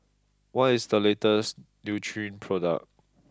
what is the latest Nutren product